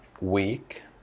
week